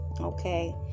okay